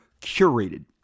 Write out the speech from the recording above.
curated